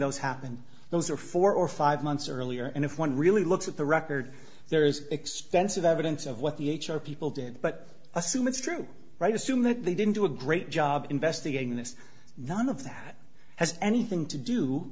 those happened those are four or five months earlier and if one really looks at the record there is extensive evidence of what the h r people did but assume it's true right assume that they didn't do a great job investigating this none of that has anything to do